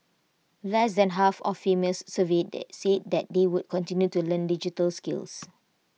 less than half of females surveyed said they would continue to learn digital skills